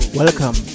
welcome